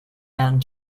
and